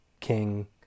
King